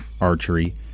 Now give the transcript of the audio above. archery